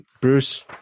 bruce